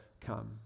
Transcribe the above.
come